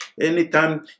Anytime